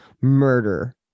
murder